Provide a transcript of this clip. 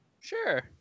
Sure